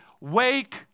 wake